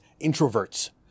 introverts